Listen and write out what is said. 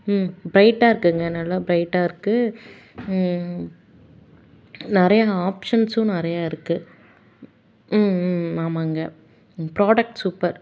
ம் ப்ரைட்டாக இருக்குதுங்க நல்லா ப்ரைட்டாக இருக்குது நிறையா ஆப்ஷன்ஸும் நிறையா இருக்குது ம் ம் ஆமாங்க ப்ராடக்ட் சூப்பர்